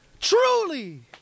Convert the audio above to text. Truly